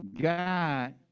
God